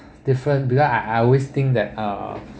different because I I always think that uh